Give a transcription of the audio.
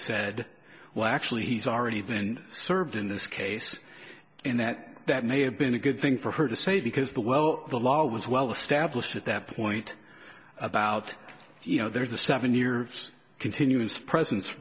said well actually he's already been served in this case and that that may have been a good thing for her to say because the well the law was well established at that point about you know there's a seven year continuous presen